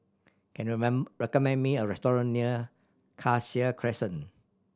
can you recommend me a restaurant near Cassia Crescent